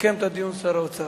יסכם את הדיון שר האוצר.